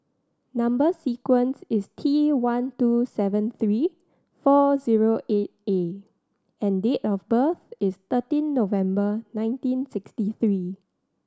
number sequence is T one two seven three four zero eight A and date of birth is thirteen November nineteen sixty three